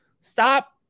stop